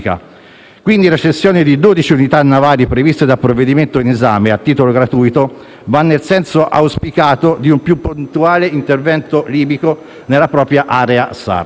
Quindi la cessione di dodici unità navali prevista dal provvedimento in esame, a titolo gratuito, va nel senso auspicato di un più puntuale intervento libico nella propria area SAR.